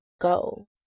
go